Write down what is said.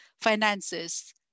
finances